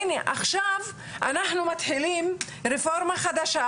עכשיו אנחנו מתחילים רפורמה חדשה,